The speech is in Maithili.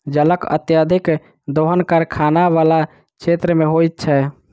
जलक अत्यधिक दोहन कारखाना बला क्षेत्र मे होइत छै